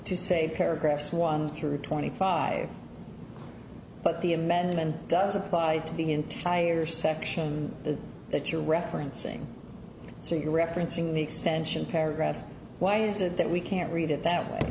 to say paragraphs one through twenty five but the amendment does applied to the entire section that you're referencing so you're referencing the extension paragraphs why is it that we can't read it that way